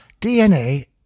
DNA